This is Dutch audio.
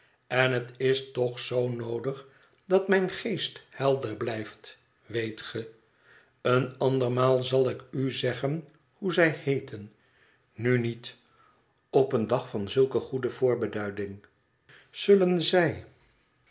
en het is toch zoo noodig dat mijn geest helder blijft weet ge een ander maal zal ik u zeggen hoe zij heeten nu niet op een dag van zulke goede voorbeduiding zullen zij